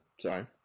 sorry